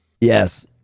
Yes